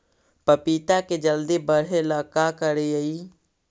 पपिता के जल्दी बढ़े ल का करिअई?